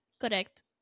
Correct